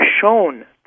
shown